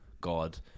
God